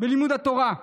לימוד תורה.